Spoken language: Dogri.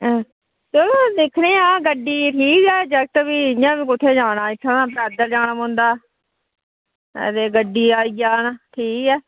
चलो दिक्खने आं गड्डी ठीक ऐ ते भी इंया बी कुत्थें जाना ते पैदल जाना पौंदा ते गड्डी आई जा तां ठीक ऐ